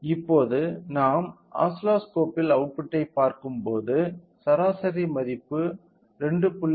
இப்போது நாம் ஓசிலோஸ்கோப்பில் அவுட்புட்டைப் பார்க்கும்போது சராசரி மதிப்பு 2